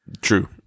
True